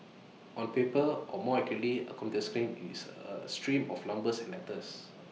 on paper or more accurately A computer screen it's A stream of numbers and letters